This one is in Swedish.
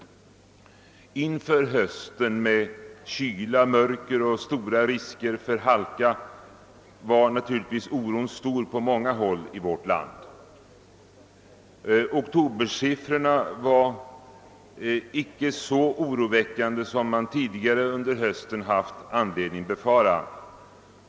Inför hösten med kyla, mörker och betydande risker för halka var oron stor på många håll i vårt land, men oktobersiffrorna för olycksfrekvensen blev inte så oroväckande som man tidigare under hösten haft anledning befara.